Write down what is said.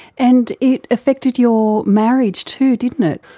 and it affected your marriage too, didn't it.